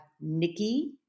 Nikki